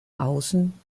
außen